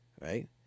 right